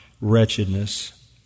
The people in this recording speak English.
wretchedness